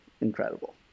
incredible